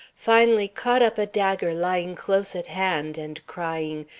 finally caught up a dagger lying close at hand, and crying,